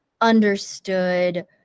understood